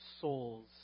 souls